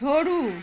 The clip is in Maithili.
छोड़ू